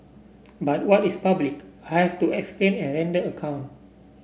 but what is public I have to explain and render account